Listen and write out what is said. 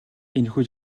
энэхүү